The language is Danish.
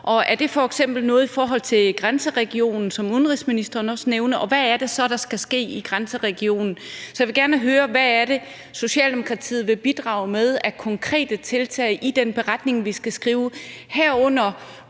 Er det f.eks. noget i forhold til grænseregionen, som udenrigsministeren også nævnte, og hvad er det så, der skal ske i grænseregionen? Så jeg vil gerne høre, hvilke konkrete tiltag Socialdemokratiet vil bidrage med i den beretning, vi skal skrive, herunder